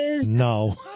No